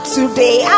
Today